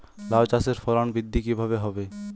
লাউ চাষের ফলন বৃদ্ধি কিভাবে হবে?